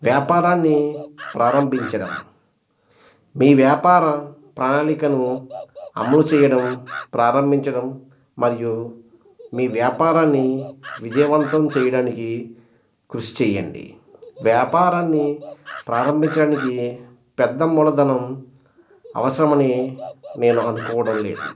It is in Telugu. వ్యాపారాన్ని ప్రారంభించడం మీ వ్యాపార ప్రణాళికను అమలు చేయడం ప్రారంభించడం మరియు మీ వ్యాపారాన్ని విజయవంతం చేయడానికి కృషి చేయండి వ్యాపారాన్ని ప్రారంభించడానికి పెద్ద మూలధనం అవసరమని నేను అనుకోవడం లేదు